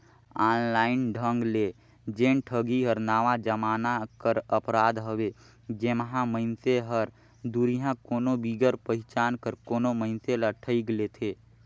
online ढंग ले जेन ठगी हर नावा जमाना कर अपराध हवे जेम्हां मइनसे हर दुरिहां कोनो बिगर पहिचान कर कोनो मइनसे ल ठइग लेथे